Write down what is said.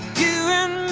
you and